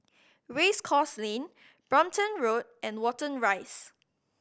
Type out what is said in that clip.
Race Course Lane Brompton Road and Watten Rise